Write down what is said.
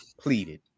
pleaded